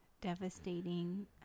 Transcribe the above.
devastating